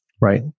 Right